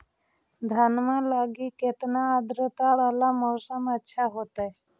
धनमा लगी केतना आद्रता वाला मौसम अच्छा होतई?